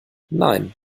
nein